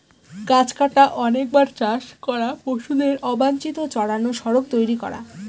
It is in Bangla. গাছ কাটা, অনেকবার চাষ করা, পশুদের অবাঞ্চিত চড়ানো, সড়ক তৈরী করা